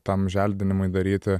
tam želdinimui daryti